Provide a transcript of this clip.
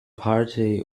party